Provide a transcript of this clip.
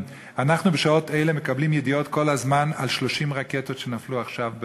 אנחנו בשעות אלה מקבלים ידיעות כל הזמן על 30 רקטות שנפלו עכשיו,